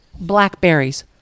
Blackberries